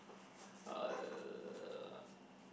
uh